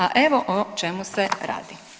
A evo o čemu se radi.